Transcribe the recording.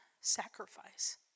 sacrifice